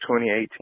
2018